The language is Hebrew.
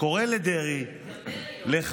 קורא לדרעי גם דרעי לא פה.